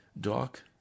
Doc